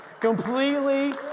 completely